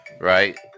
right